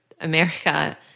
America